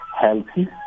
healthy